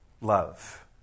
love